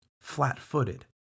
flat-footed